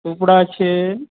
સૂપડા છે